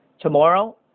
Tomorrow